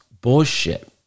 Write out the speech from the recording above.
bullshit